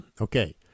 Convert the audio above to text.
Okay